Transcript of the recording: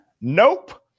Nope